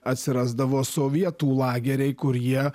atsirasdavo sovietų lageriai kurie